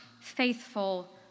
faithful